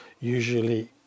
usually